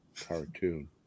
cartoon